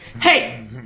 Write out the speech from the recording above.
Hey